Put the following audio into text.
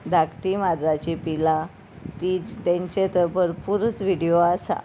धाकटीं माजराचीं पिलां तीं तेंचे तर भरपुरूच व्हिडियो आसा